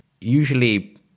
usually